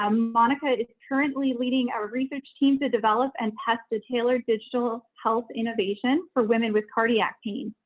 ah monica is currently leading a research team to develop and test a tailored digital health innovation for women with cardiac pain.